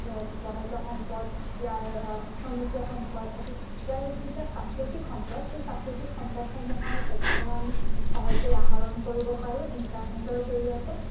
বনজ সম্পদ ইয়াৰ খনিজ সম্পদ ইয়াৰ যিবিলাক প্ৰাকৃতিক সম্পদ সেই প্ৰাকৃতিক সম্পদসমূহৰ তথ্যও আমি সহজেই আহৰণ কৰিব পাৰোঁ ইণ্টাৰনেটৰ জৰিয়তে